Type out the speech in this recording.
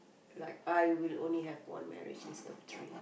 like I would only have one marriage instead of three